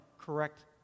correct